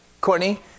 Courtney